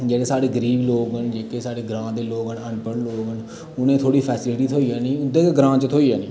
जेह्डे साढ़ै गरीब लोग न् जेह्के साढ़ै ग्रां दे लोग न अनपढ़ लोग न उने थोह्डी फैसिलिटी थ्होई आनी उंदे गै ग्रां च थ्होई आनी